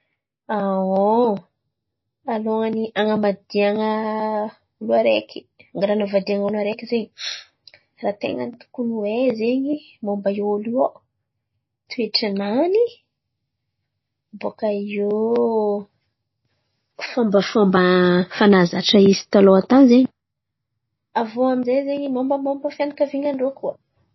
Alohany an̈amadihan̈a olo araiky, lerany avadian̈a olo araiky zen̈y raha ten̈a ny tokony hay zen̈y momba i olo io ao, toetrinany bòka iô fombafomba fa nahazatra izy taloha tan̈y zen̈y aviô aminjay zen̈y mombamomba fianakavian̈an-drô koa.